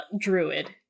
druid